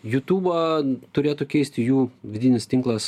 jutubą turėtų keisti jų vidinis tinklas